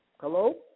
Hello